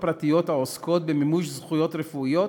הפרטיות העוסקות במימוש זכויות רפואיות,